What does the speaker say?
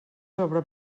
sobre